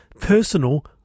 personal